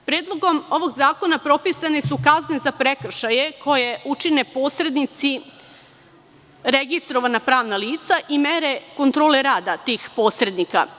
Predlogom ovog zakona propisane su kazne za prekršaje koje učine posrednici, registrovana pravna lica i mere kontrole rada tih posrednika.